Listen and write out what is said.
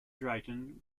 drayton